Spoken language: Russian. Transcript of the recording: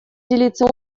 делиться